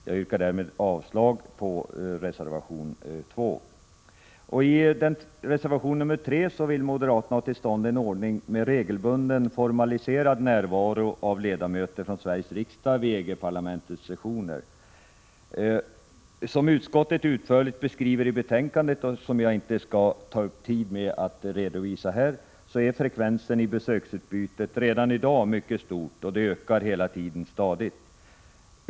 Jag yrkar därmed avslag på reservation nr 2. I reservation nr 3 vill moderaterna ha till stånd en ordning med regelbunden, formaliserad närvaro av ledamöter från Sveriges riksdag vid EG-parlamentets sessioner. Som utskottet utförligt beskriver det i betänkandet —- jag skallinte ta upp någon tid med att redovisa detta här—, är frekvensen i besöksutbytet redan i dag mycket hög och ökar hela tiden stadigt.